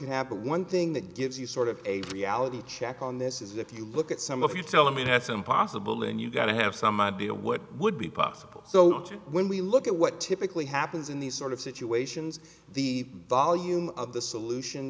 happen one thing that gives you sort of a reality check on this is if you look at some of you tell me that's impossible and you've got to have some idea of what would be possible so when we look at what typically happens in these sort of situations the volume of the solution